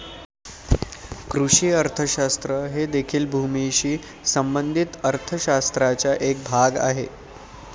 कृषी अर्थशास्त्र हे देखील भूमीशी संबंधित अर्थ शास्त्राचा एक भाग आहे